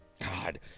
God